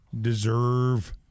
deserve